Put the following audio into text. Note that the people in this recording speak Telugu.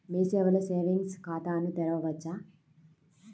మీ సేవలో సేవింగ్స్ ఖాతాను తెరవవచ్చా?